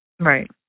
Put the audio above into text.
Right